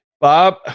Bob